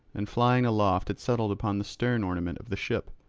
and flying aloft it settled upon the stern-ornament of the ship.